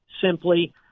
simply